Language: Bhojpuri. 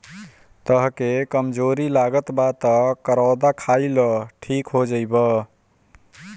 तहके कमज़ोरी लागत बा तअ करौदा खाइ लअ ठीक हो जइब